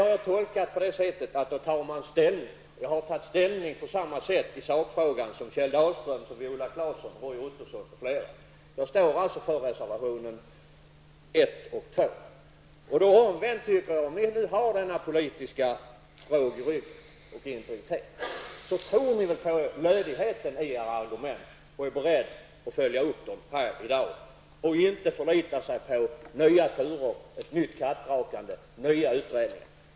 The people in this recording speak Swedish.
Har man politisk integritet och råg i ryggen tar man ställning. Jag har i sakfrågan tagit ställning på samma sätt som Kjell Dahlström, Viola Claesson och Roy Ottosson, m.fl. Jag står alltså för reservationerna 1 och 2. Omvänt tycker jag att om ni nu har politisk integritet och råg i ryggen tror ni väl på lödigheten i era argument och är beredda att följa upp dem här i dag och förlitar er inte på nya turer, ett nytt kattrakande, nya utredningar.